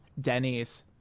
Denny's